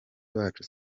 bacu